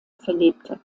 verlebte